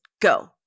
go